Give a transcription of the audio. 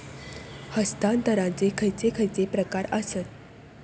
हस्तांतराचे खयचे खयचे प्रकार आसत?